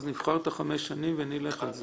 אז נבחר את החמש שנים ונלך על זה.